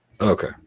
Okay